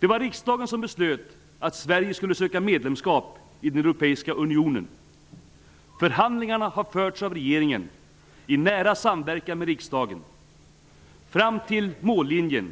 Det var riksdagen som beslöt att Sverige skulle söka medlemskap i den europeiska unionen. Förhandlingarna har förts av regeringen i nära samverkan med riksdagen. Fram till ''mållinjen''